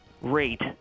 rate